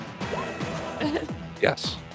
Yes